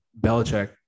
Belichick